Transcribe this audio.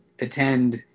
attend